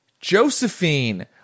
josephine